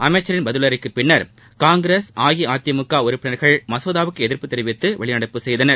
அமைச்சரின் பதிலுரைக்கு பின்னர் காங்கிரஸ் அஇஅதிமுக உறுப்பினர்கள் மசோதாவுக்கு எதிர்ப்பு தெரிவித்து வெளிநடப்பு செய்தனர்